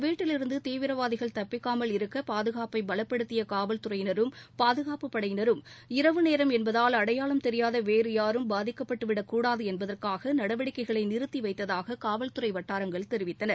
வீட்டிலிருந்து தீவிரவாதிகள் தப்பிக்காமல் இருக்க பாதுகாப்பை பலப்படுத்திய அந்த காவல்துறையினரும் பாதுகாப்புப் படையினரும் இரவு நேரம் என்பதால் அடையாளம் தெியாத வேறு யாரும் பாதிக்கப்பட்டுவிடக் கூடாது என்பதற்காக நடவடிக்கைகளை நிறுத்தி வைத்ததாக காவல்துறை வட்டாரங்கள் தெரிவித்தன